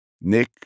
Nick